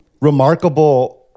remarkable